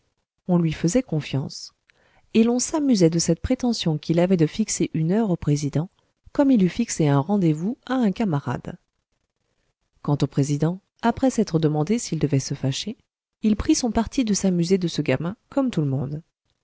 on lui faisait confiance et l'on s'amusait de cette prétention qu'il avait de fixer une heure au président comme il eût fixé un rendez-vous à un camarade quant au président après s'être demandé s'il devait se fâcher il prit son parti de s'amuser de ce gamin comme tout le monde